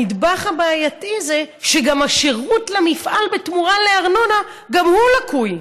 הנדבך הבעייתי זה שהשירות למפעל בתמורה לארנונה גם הוא לקוי.